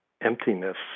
emptiness